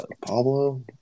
Pablo